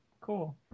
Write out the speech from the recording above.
cool